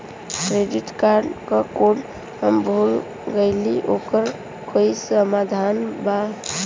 Credit card क code हम भूल गइली ओकर कोई समाधान बा?